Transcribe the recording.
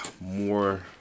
more